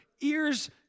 ears